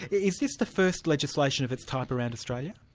is this the first legislation of its type around australia?